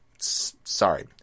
Sorry